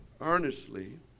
earnestly